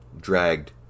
dragged